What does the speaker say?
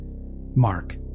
Mark